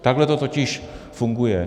Takhle to totiž funguje.